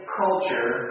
culture